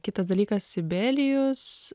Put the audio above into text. kitas dalykas sibelijus